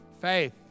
faith